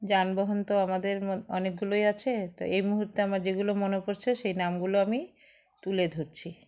যানবাহন তো আমাদের অনেকগুলোই আছে তো এই মুহূর্তে আমার যেগুলো মনে পড়ছে সেই নামগুলো আমি তুলে ধরছি